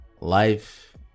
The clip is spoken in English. life